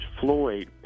Floyd